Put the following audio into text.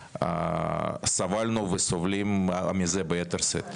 סבלנו וסובלים מזה ביתר שאת.